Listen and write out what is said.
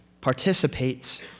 participates